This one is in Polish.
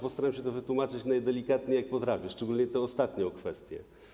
Postaram się to wytłumaczyć najdelikatniej, jak potrafię, szczególnie tę ostatnią kwestię.